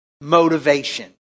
motivation